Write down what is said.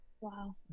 Wow